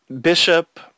Bishop